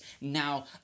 now